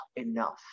enough